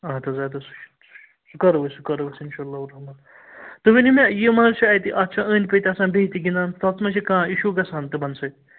اَد حظ اَد حظ سُہ کرو أسۍ سُہ کرو أسۍ انشاء اللہ رحمان تُہۍ ؤنِو مےٚ یہِ مہٕ حظ چھِ اَتہِ اَتھ چھِ أنٛدۍ پٔتۍ آسان بیٚیہِ تہِ گنٛدان تَتھ ما چھُ کانٛہہ اِشوٗ گژھان تمن سۭتۍ